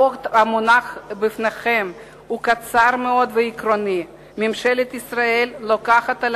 החוק המונח בפניכם הוא קצר מאוד ועקרוני: ממשלת ישראל לוקחת על